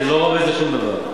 אני לא רומז לשום דבר.